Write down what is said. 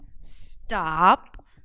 stop